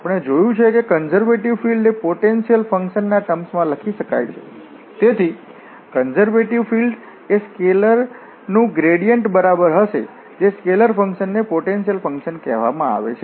આપણે જોયું છે કે કન્ઝર્વેટિવ ફીલ્ડ્ એ પોટેન્શિયલ ફંકશન ના ટર્મ્સ માં લખી શકાય છે તેથી કન્ઝર્વેટિવ ફીલ્ડ્ એ સ્કેલરનું ગ્રેડિયન્ટ બરાબર હશે જે સ્કેલર ફંકશન ને પોટેન્શિયલ ફંકશન કહેવામાં આવે છે